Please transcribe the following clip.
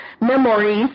memories